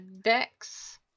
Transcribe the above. dex